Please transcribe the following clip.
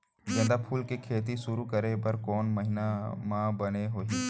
गेंदा फूल के खेती शुरू करे बर कौन महीना मा बने होही?